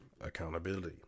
accountability